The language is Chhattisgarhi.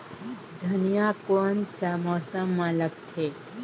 धनिया कोन सा मौसम मां लगथे?